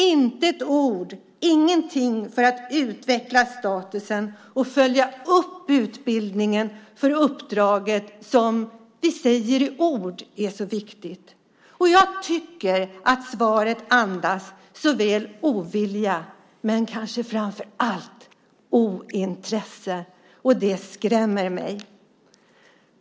Inte ett ord, ingenting för att utveckla statusen och följa upp utbildningen för uppdraget som vi säger i ord är så viktigt. Jag tycker att svaret andas såväl ovilja som kanske framför allt ointresse. Det skrämmer mig.